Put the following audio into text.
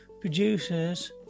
producers